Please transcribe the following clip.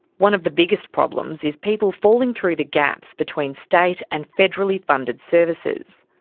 one of the biggest problems is people falling through the gaps between state and federally funded services.